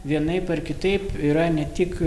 vienaip ar kitaip yra ne tik